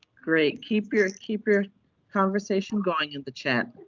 great, keep your keep your conversation going in the chat.